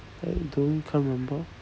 I don't can't remember